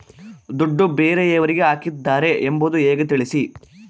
ದುಡ್ಡು ಬೇರೆಯವರಿಗೆ ಹಾಕಿದ್ದಾರೆ ಎಂಬುದು ಹೇಗೆ ತಿಳಿಸಿ?